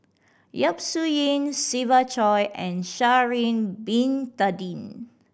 Yap Su Yin Siva Choy and Sha'ari Bin Tadin